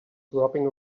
dropping